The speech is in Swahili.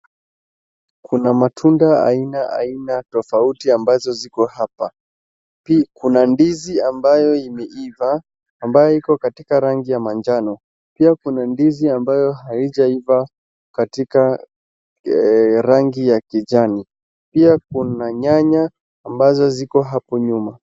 Kuna matunda aina aina tofauti ambazo ziko hapa. Pia kuna ndizi ambazo imeiva, ambayo iko katika rangi ya manjano. Pia kuna ndizi ambayo haijaiva katika rangi ya kijani. Pia kuna nyanya ambazo ziko hapo nyuma.